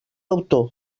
autor